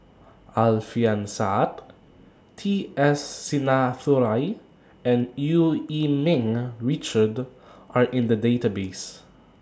Alfian Sa'at T S Sinnathuray and EU Yee Ming Richard Are in The Database